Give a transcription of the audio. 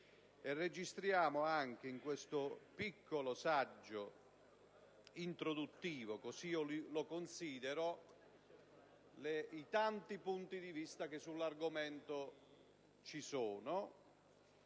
registriamo, anche in questo piccolo saggio introduttivo - così io lo considero - i tanti punti di vista che ci sono